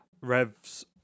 Rev's